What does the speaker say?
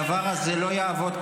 הדבר הזה לא יעבוד.